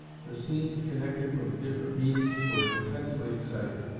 the scenes connected with the different meetings were intensely exciting.